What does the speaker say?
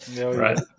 right